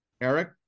Eric